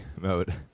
mode